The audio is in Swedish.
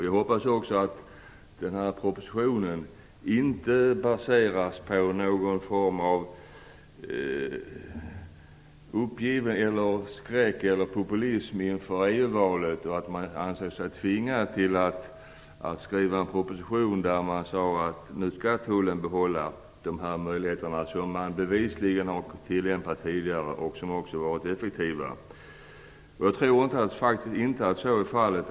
Jag hoppas att propositionen inte baseras på någon form av populism inför EU-valet och att man inte av det skälet ansett sig tvungen att i propositionen föreslå att tullen skall få behålla de möjligheter som den bevisligen har tillämpat tidigare och som har varit effektiva. Jag tror faktiskt inte att så är fallet.